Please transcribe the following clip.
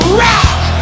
rock